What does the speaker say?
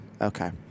Okay